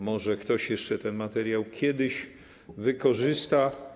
Może ktoś jeszcze ten materiał kiedyś wykorzysta.